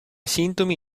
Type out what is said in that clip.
sintomi